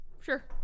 Sure